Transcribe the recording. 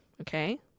Okay